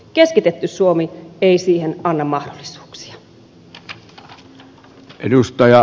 keskitetty suomi ei siihen anna mahdollisuuksia